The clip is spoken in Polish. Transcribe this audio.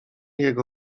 jego